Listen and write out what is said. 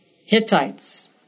Hittites